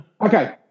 Okay